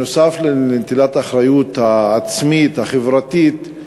נוסף על נטילת האחריות העצמית החברתית,